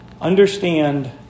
Understand